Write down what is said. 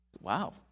Wow